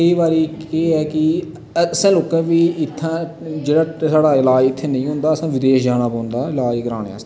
केई बारी एह् ऐ की असे लोकें बी इत्था जेह्ड़ा साढ़ा इलाज इत्थें नेई होंदा असे विदेश जाना पौंदा इलाज करने आस्तै